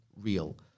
real